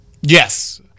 Yes